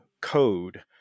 code